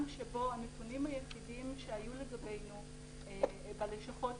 שבו הנתונים היחידים שהיו לגבינו בלשכות,